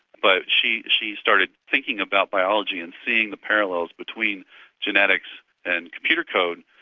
but she she started thinking about biology and seeing the parallels between genetics and computer code,